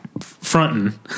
fronting